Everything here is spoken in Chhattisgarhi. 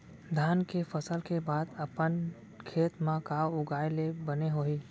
धान के फसल के बाद अपन खेत मा का उगाए ले बने होही?